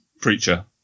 Preacher